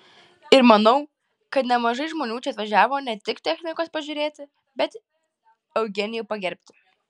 ir manau kad nemažai žmonių čia atvažiavo ne tik technikos pažiūrėti bet eugenijų pagerbti